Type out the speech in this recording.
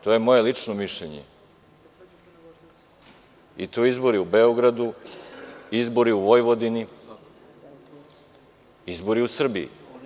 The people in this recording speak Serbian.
To je moje lično mišljenje i to izbori u Beogradu, Vojvodini, izbori u Srbiji.